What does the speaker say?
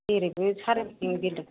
जेरैबो सारिगिदिं बिलडिं